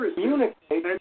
Communicate